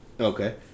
Okay